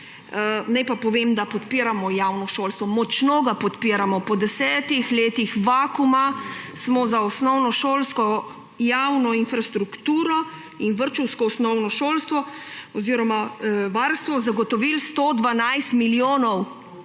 Naj pa povem, da podpiramo javno šolstvo, močno ga podpiramo. Po 10 letih vakuuma smo za osnovnošolsko javno infrastrukturo in vrtčevsko varstvo zagotovili 112 milijonov!